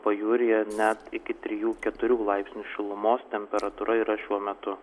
pajūryje net iki trijų keturių laipsnių šilumos temperatūra yra šiuo metu